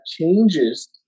changes